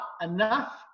enough